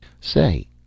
Say